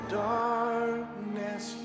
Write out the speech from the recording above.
darkness